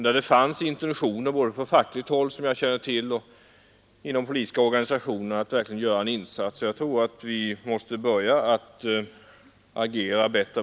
Där fanns det intentioner både på fackligt håll, som jag känner till, och inom politiska organisationer att verkligen göra en informationsinsats.